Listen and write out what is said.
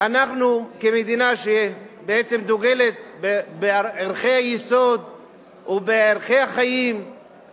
אנחנו כמדינה שבעצם דוגלת בערכי היסוד ובערכי החיים,